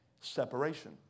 Separation